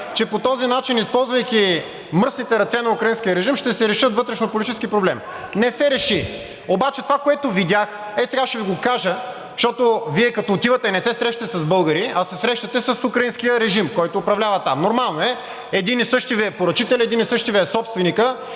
че по този начин, използвайки мръсните ръце на украинския режим, ще се решат вътрешнополитически проблеми. (Шум и реплики от ДБ.) Не се реши, обаче това, което видях, ей сега ще Ви го кажа, защото Вие, като отивате, не се срещате с българи, а се срещате с украинския режим, който управлява там, нормално е – един и същи Ви е поръчителят, един и същи Ви е собственикът